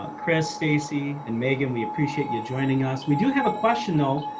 ah chris stacy and megan, we appreciate you joining us. we do have a question, though.